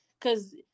cause